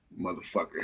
Motherfucker